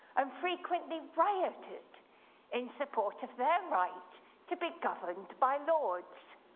um frequently rioted in support of their right to be governed by lords.